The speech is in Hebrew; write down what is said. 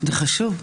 זה חשוב.